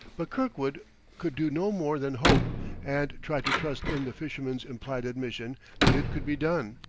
but kirkwood could do no more than hope and try to trust in the fisherman's implied admission that it could be done.